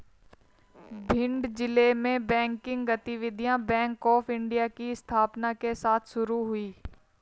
भिंड जिले में बैंकिंग गतिविधियां बैंक ऑफ़ इंडिया की स्थापना के साथ शुरू हुई